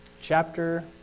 chapter